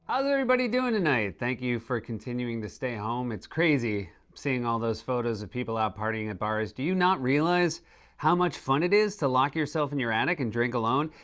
ah how's everybody doin' tonight? thank you for continuing to stay home. it's crazy, seeing all those photos of people out partying at bars. do you not realize how much fun it is to lock yourself in your attic and drink alone?